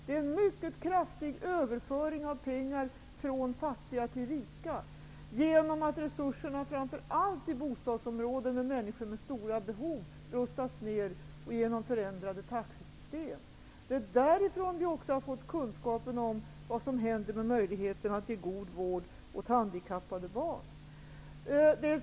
Det är en mycket kraftig överföring av pengar från fattiga till rika genom att resurserna framför allt i bostadsområden med människor med stora behov dras ner genom förändrade taxesystem. Det är därifrån vi också har fått kunskapen om vad som händer med möjligheterna att ge god vård åt handikappade barn.